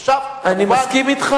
עכשיו, כמובן, אני מסכים אתך.